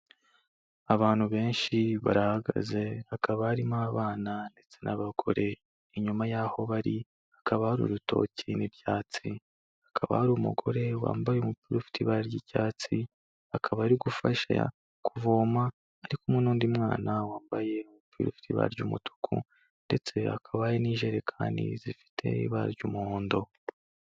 Abantu benshi barahagaze, hakaba barimo abana ndetse n'abagore, inyuma y'aho bari hakaba hari urutoki n'ibyatsi , hakaba hari umugore wambaye umupira ufite ibara ry'icyatsi, akaba ari gufasha kuvoma, ari kumwe n'undi mwana wambaye umupira ufite ibara ry'umutuku ndetse hakabaye ari n'ijerekani zifite ibara ry'umuhondo.